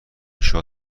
شاد